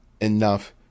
enough